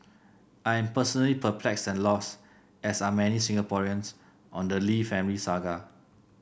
I am personally perplexed and lost as are many Singaporeans on the Lee family saga